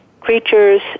creatures